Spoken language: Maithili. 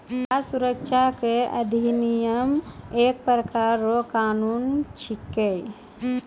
खाद सुरक्षा अधिनियम एक प्रकार रो कानून छिकै